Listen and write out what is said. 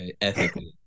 ethically